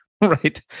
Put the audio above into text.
Right